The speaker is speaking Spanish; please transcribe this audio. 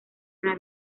una